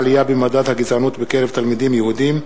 העלייה במדד הגזענות בקרב תלמידים יהודים,